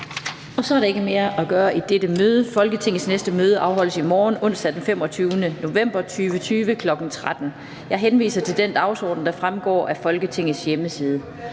Så er der ikke mere at gøre i dette møde. Folketingets næste møde afholdes i morgen, onsdag den 25. november 2020, kl. 13.00. Jeg henviser til den dagsorden, der fremgår af Folketingets hjemmeside.